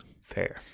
Fair